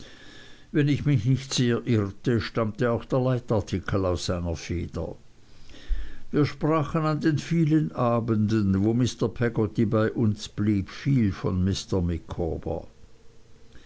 wenn ich mich nicht sehr irrte stammte auch der leitartikel aus seiner feder wir sprachen an den vielen abenden wo mr peggotty bei uns blieb viel von mr